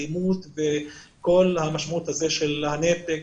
האלימות והנתק